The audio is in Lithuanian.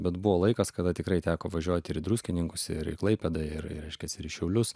bet buvo laikas kada tikrai teko važiuoti ir į druskininkus ir į klaipėdą ir ir reiškiasi į šiaulius